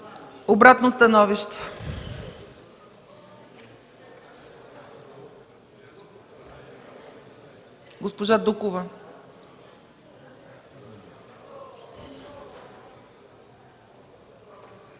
Обратно становище? Госпожа Дукова.